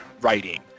writing